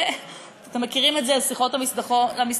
אתם מכירים את זה: שיחות המסדרון,